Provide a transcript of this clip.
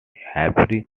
hebrew